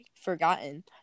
forgotten